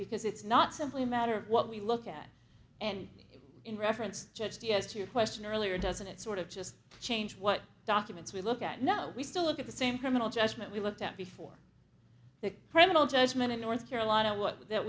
because it's not simply a matter of what we look at and in reference judged yes to your question earlier doesn't it sort of just change what documents we look at now we still look at the same criminal just what we looked at before the criminal judgment in north carolina what